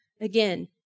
Again